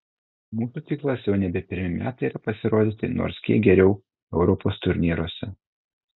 mūsų tikslas jau nebe pirmi metai yra pasirodyti nors kiek geriau europos turnyruose